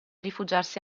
rifugiarsi